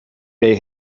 may